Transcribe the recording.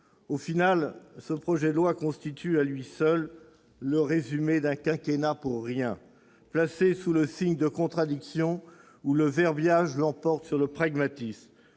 Finalement, ce projet de loi constitue à lui seul le résumé d'un quinquennat pour rien, placé sous le signe des contradictions, où le verbiage l'emporte sur le pragmatisme.